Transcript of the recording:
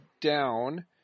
down